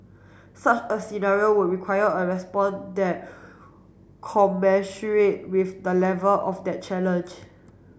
such a scenario would require a response that commensurate with the level of that challenge